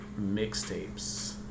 mixtapes